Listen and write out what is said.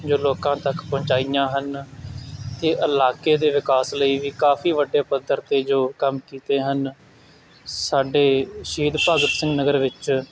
ਜੋ ਲੋਕਾਂ ਤੱਕ ਪਹੁੰਚਾਈਆਂ ਹਨ ਕਿ ਇਲਾਕੇ ਦੇ ਵਿਕਾਸ ਲਈ ਵੀ ਕਾਫੀ ਵੱਡੇ ਪੱਧਰ 'ਤੇ ਜੋ ਕੰਮ ਕੀਤੇ ਹਨ ਸਾਡੇ ਸ਼ਹੀਦ ਭਗਤ ਸਿੰਘ ਨਗਰ ਵਿੱਚ